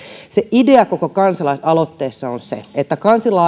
idea koko kansalaisaloitteessa on se että